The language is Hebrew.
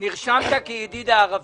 נרשמת כידיד הערבים.